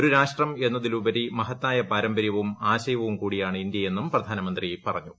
ഒരു രാഷ്ട്രം എന്നതിലുപരി മഹത്തായ പാരമ്പര്യവും ആശയവും കൂടിയാണ് ഇന്ത്യയെന്നും പ്രധാനമന്ത്രി പറഞ്ഞു